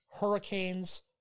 hurricanes